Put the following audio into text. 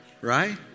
Right